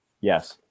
yes